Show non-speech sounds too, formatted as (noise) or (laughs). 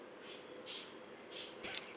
(laughs)